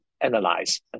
analyze